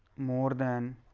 more than